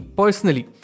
personally